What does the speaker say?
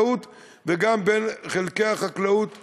גם בין הממשלה לחקלאות וגם בין חלקי החקלאות,